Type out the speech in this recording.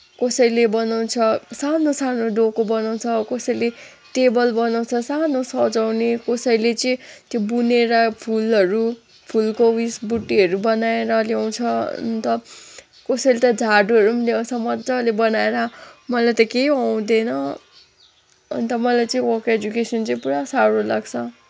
कसैले बनाउँछ सानो सानो डोको बनाउँछ अब कसैले टेबल बनाउँछ सानो सजाउने कसैले चाहिँ त्यो बुनेर फुलहरू फुलको उयस बुटीहरू बनाएर ल्याउँछ अन्त कसैले त झाडुहरू पनि ल्याउँछ मजाले बनाएर मलाई त केही आउँदैन अन्त मलाई चाहिँ वर्क ए़जुकेसन चाहिँ पुरा साह्रो लाग्छ